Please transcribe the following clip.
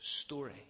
story